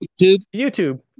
YouTube